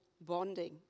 bonding